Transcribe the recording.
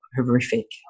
horrific